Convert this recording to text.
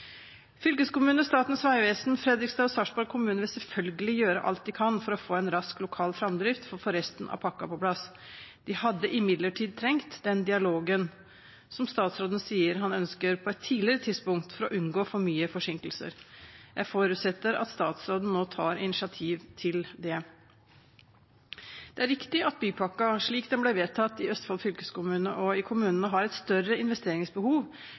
Statens vegvesen, Fredrikstad kommune og Sarpsborg kommune vil selvfølgelig gjøre alt de kan for å få en rask lokal framdrift for å få resten av pakken på plass. De hadde imidlertid trengt den dialogen, som statsråden sier han ønsker, på et tidligere tidspunkt for å unngå for mye forsinkelser. Jeg forutsetter at statsråden nå tar initiativ til det. Det er riktig at bypakken, slik den ble vedtatt i Østfold fylkeskommune og i kommunene, har et større investeringsbehov